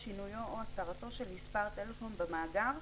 שינויו או הסרתו של מספר טלפון במאגר,